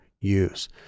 use